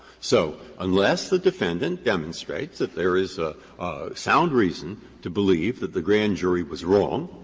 so unless the defendant demonstrates that there is a sound reason to believe that the grand jury was wrong,